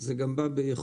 זה גם בא באיחור.